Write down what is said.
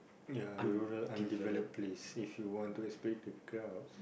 ya rural undeveloped place if you want to experience the crowds